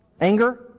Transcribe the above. Anger